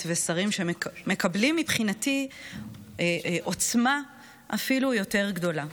ושרים שמקבלות מבחינתי עוצמה אפילו יותר גדולה.